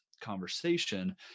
Conversation